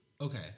Okay